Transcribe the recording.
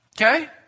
Okay